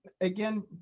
Again